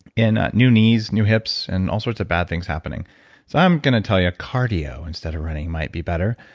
in new knees, new hips, and all sorts of bad things happening. so i'm going to tell you a cardio instead of running might be better.